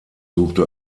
suchte